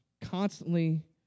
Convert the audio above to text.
constantly